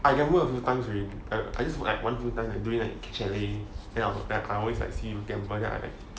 I can work a few times already err I just once few times already doing at chalet then I always see you gamble then I